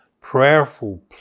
prayerful